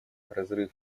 разрыв